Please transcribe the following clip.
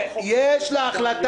אנחנו נדון בבקשת